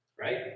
right